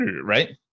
Right